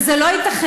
וזה לא ייתכן.